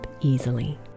easily